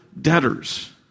debtors